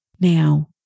Now